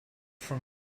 from